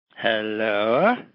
Hello